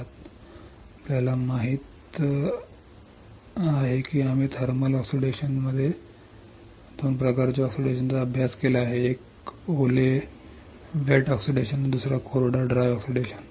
आता आम्हाला माहित आहे की आम्ही थर्मल ऑक्सिडेशनमध्ये 2 प्रकारच्या ऑक्सिडेशनचा अभ्यास केला आहे एक ओले ऑक्सिडेशन आणि दुसरा कोरडा ऑक्सिडेशन